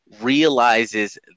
realizes